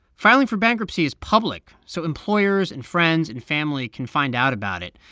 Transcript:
filing for bankruptcy is public, so employers and friends and family can find out about it.